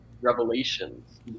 revelations